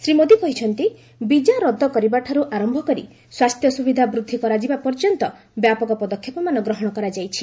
ଶ୍ରୀ ମୋଦୀ କହିଛନ୍ତି ବିଜା ରଦ୍ଦ କରିବାଠାରୁ ଆରମ୍ଭ କରି ସ୍ୱାସ୍ଥ୍ୟ ସୁବିଧା ବୃଦ୍ଧି କରିବା ପର୍ଯ୍ୟନ୍ତ ବ୍ୟାପକ ପଦକ୍ଷେପମାନ ଗ୍ରହଣ କରାଯାଇଛି